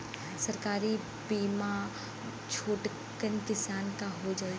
सरकारी बीमा छोटकन किसान क हो जाई?